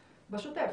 בשוטף,